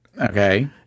Okay